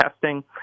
testing